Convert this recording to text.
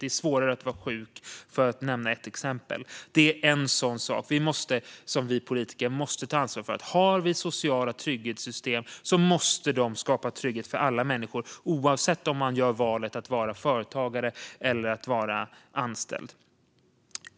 Det är svårare att vara sjuk, för att nämna ett exempel. Det är en sådan sak som vi politiker måste ta ansvar för. Har vi sociala trygghetssystem måste de skapa trygghet för alla människor, oavsett om man är företagare eller anställd.